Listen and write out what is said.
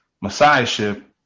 messiahship